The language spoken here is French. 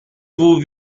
vous